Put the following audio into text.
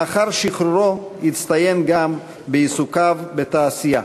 לאחר שחרורו הצטיין גם בעיסוקיו בתעשייה.